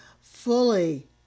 fully